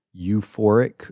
euphoric